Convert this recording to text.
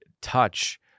touch